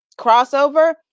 crossover